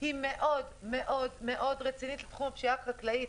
היא מאוד רצינית לתחום הפשיעה החקלאית.